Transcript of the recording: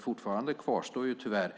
Fortfarande kvarstår tyvärr